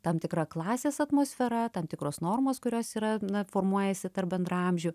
tam tikra klasės atmosfera tam tikros normos kurios yra na formuojasi tarp bendraamžių